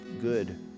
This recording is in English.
good